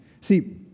See